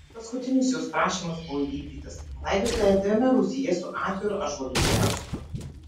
paskutinis jos prašymas buvo įvykdytas palaidota erdviame rūsyje su atviru ąžuoliniu karstu